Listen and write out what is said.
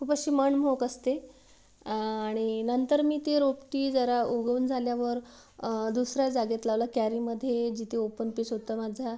खूप अशी मनमोहक असते आणि नंतर मी ती रोपटी जरा उगवून झाल्यावर दुसऱ्या जागेत लावलं कॅरीमध्ये जिथे ओपन पेस होता माझा